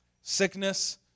Sickness